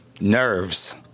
Nerves